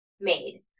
made